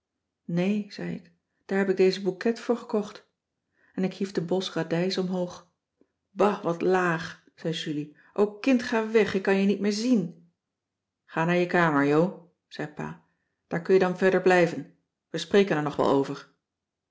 nee zei ik daar heb ik deze bouquet voor gekocht en ik hief den bos radijs omhoog ba wat laag zei julie o kind ga weg ik kan je niet meer zien ga naar je kamer jo zei pa daar kun je dan verder blijven we spreken er nog wel over